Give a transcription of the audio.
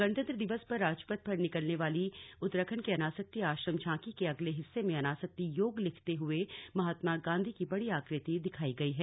गणतंत्र दिवस पर राजपथ पर निकलने वाली उत्तराखंड की श्अनासक्ति आश्रमश झांकी के अगले हिस्से में अनासक्ति योग लिखते हुए महात्मा गांधी की बड़ी आकृति दिखाई गई है